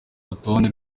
rutonde